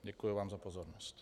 Děkuji vám za pozornost.